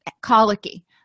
colicky